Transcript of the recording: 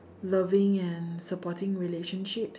loving and supporting relationships